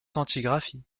quantigraphies